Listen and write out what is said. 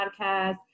podcast